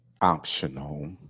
optional